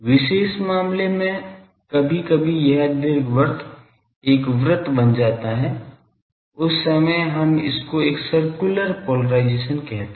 विशेष मामले में कभी कभी यह दीर्घवृत्त एक वृत्त बन जाता हैं उस समय हम इसको एक सर्कुलर पोलराइजेशन कहते हैं